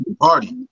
party